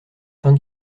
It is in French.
fins